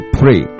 pray